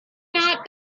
not